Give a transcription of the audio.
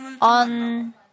On